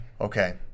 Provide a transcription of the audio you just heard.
Okay